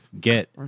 get